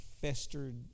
festered